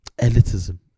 elitism